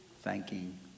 thanking